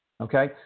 Okay